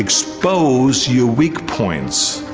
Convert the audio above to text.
expose your weak points.